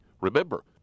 Remember